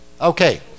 Okay